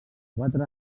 quatre